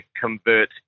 convert